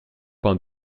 pains